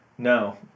No